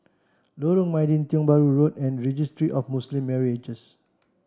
Lorong Mydin Tiong Bahru Road and Registry of Muslim Marriages